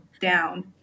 down